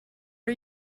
are